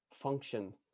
function